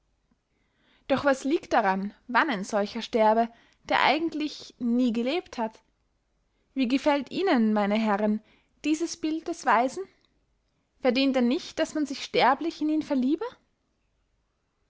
doch was liegt daran wann ein solcher sterbe der eigentlich nie gelebt hat wie gefällt ihnen meine herren dieses bild des weisen verdient er nicht daß man sich sterblich in ihn verliebe